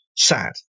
sad